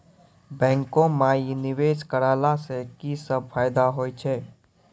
बैंको माई निवेश कराला से की सब फ़ायदा हो छै?